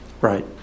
Right